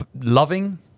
loving